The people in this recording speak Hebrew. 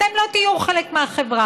אתם לא תהיו חלק מהחברה,